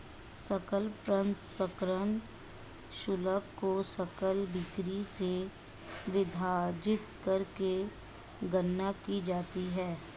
सकल प्रसंस्करण शुल्क को सकल बिक्री से विभाजित करके गणना की जाती है